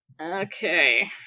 Okay